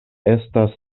estas